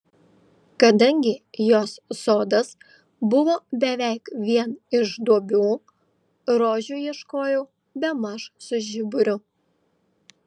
kadangi jos sodas buvo beveik vien iš duobių rožių ieškojau bemaž su žiburiu